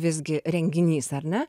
visgi renginys ar ne